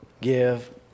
give